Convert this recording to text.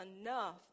enough